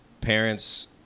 parents